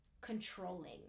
controlling